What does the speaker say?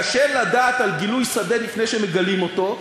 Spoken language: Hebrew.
קשה לדעת על גילוי שדה לפני שמגלים אותו,